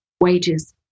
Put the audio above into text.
wages